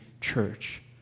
church